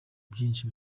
byinshi